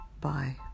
Bye